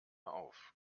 auf